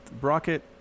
Brockett